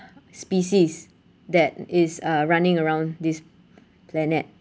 species that is uh running around this planet